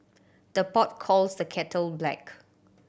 the pot calls the kettle black